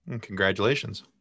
Congratulations